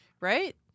Right